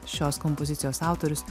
šios kompozicijos autorius